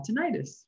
tinnitus